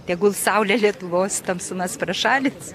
tegul saulė lietuvos tamsumas prašalins